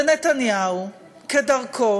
ונתניהו, כדרכו,